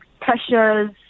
pressures